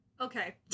Okay